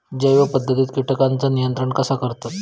जैव पध्दतीत किटकांचा नियंत्रण कसा करतत?